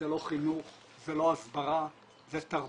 זה לא חינוך, זה לא הסברה, זה תרבות.